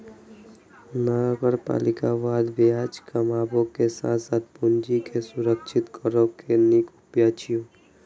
नगरपालिका बांड ब्याज कमाबै के साथ साथ पूंजी के संरक्षित करै के नीक उपाय छियै